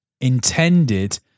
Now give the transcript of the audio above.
intended